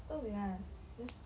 不用紧啊 just